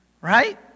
right